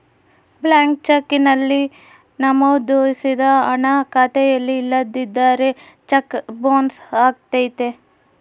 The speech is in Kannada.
ಬ್ಲಾಂಕ್ ಚೆಕ್ ನಲ್ಲಿ ನಮೋದಿಸಿದ ಹಣ ಖಾತೆಯಲ್ಲಿ ಇಲ್ಲದಿದ್ದರೆ ಚೆಕ್ ಬೊನ್ಸ್ ಅಗತ್ಯತೆ